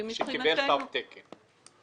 שקיבל תו תקן.